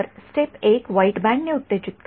तर step १ white band ने उत्तेजित करा